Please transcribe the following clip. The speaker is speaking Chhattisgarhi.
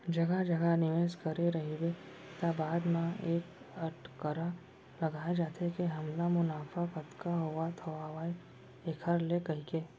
जघा जघा निवेस करे रहिबे त बाद म ए अटकरा लगाय जाथे के हमला मुनाफा कतका होवत हावय ऐखर ले कहिके